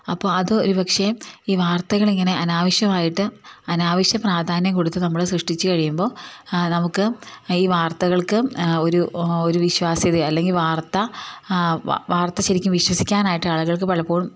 അപ്പം അത് ഒരുപക്ഷേ ഈ വാർത്തകൾ ഇങ്ങനെ അനാവശ്യമായിട്ട് അനാവശ്യ പ്രാധാന്യം കൊടുത്ത് നമ്മൾ സൃഷ്ടിച്ചു കഴിയുമ്പോൾ നമുക്ക് ഈ വാർത്തകൾക്ക് ഒരു ഒരു വിശ്വാസ്യത അല്ലെങ്കിൽ വാർത്ത വാർത്ത ശരിക്കും വിശ്വസിക്കാനായിട്ട് ആളുകൾക്ക് പലപ്പോഴും